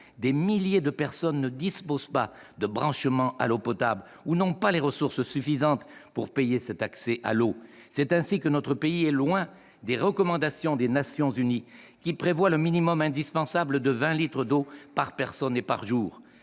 des milliers de personnes ne disposent pas de branchement à l'eau potable ou n'ont pas les ressources suffisantes pour payer cet accès à l'eau. C'est ainsi que notre pays est loin de respecter les recommandations des Nations unies, qui prévoient un minimum indispensable de 20 litres d'eau par personne et par jour.